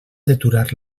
deturar